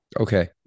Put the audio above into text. Okay